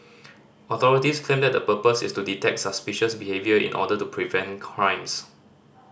authorities claim that the purpose is to detect suspicious behaviour in order to prevent crimes